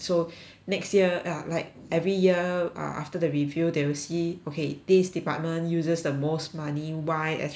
next year ya like every year ah after the review they will see okay this department uses the most money why et cetera et cetera